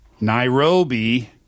Nairobi